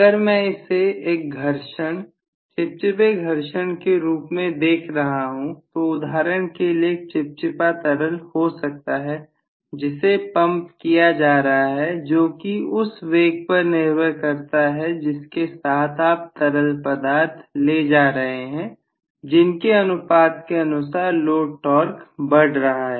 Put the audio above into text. अगर मैं इसे एक घर्षण चिपचिपे घर्षण के रूप में देख रहा हूं तो उदाहरण के लिए एक चिपचिपा तरल हो सकता है जिसे पंप किया जा रहा है जो कि उस वेग पर निर्भर करता है जिनके साथ आप तरल पदार्थ ले जा रहे हैं जिनके अनुपात के अनुसार लोड टॉर्क बढ़ रहा है